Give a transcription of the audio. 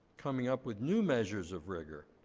coming up with new measures of rigor.